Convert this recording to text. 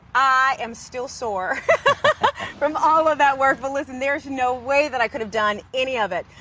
i am still sore from all of that work. well, listen, there's no way that i could have done any of it,